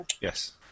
Yes